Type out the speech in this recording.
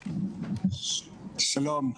שלום.